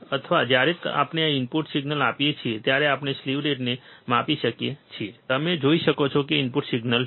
અથવા જ્યારે આપણે ઇનપુટ સિગ્નલ આપીએ છીએ ત્યારે આપણે સ્લીવ રેટને માપી શકીએ છીએ તમે જોઈ શકો છો કે ઇનપુટ સિગ્નલ છે